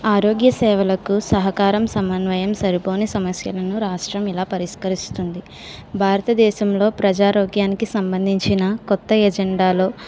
ఆరోగ్య సేవలకు సహకారం సమన్వయం సరిపోయే సమస్యలు రాష్ట్రం ఎలా పరిష్కరిస్తుంది భారతదేశంలో ప్రజారోగ్యానికి సంబంధించిన కొత్త ఎజెండాలో